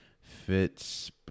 Fitz